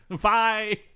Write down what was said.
Bye